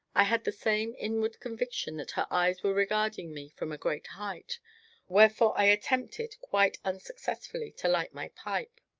i had the same inward conviction that her eyes were regarding me from a great height wherefore i, attempted quite unsuccessfully to light my pipe.